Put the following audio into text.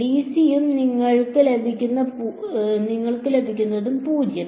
DC യും നിങ്ങൾക്ക് ലഭിക്കുന്നതും 0